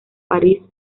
parís